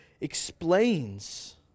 explains